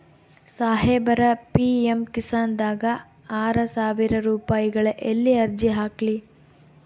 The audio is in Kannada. ಸಾಹೇಬರ, ಪಿ.ಎಮ್ ಕಿಸಾನ್ ದಾಗ ಆರಸಾವಿರ ರುಪಾಯಿಗ ಎಲ್ಲಿ ಅರ್ಜಿ ಹಾಕ್ಲಿ?